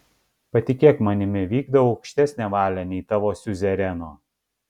patikėk manimi vykdau aukštesnę valią nei tavo siuzereno